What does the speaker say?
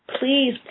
please